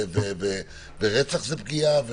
ורצח זו פגיעה,